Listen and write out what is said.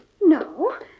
no